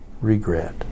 Regret